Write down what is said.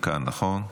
הוא כאן, נכון?